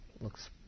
Looks